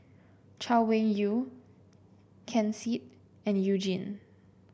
Chay Weng Yew Ken Seet and You Jin